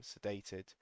sedated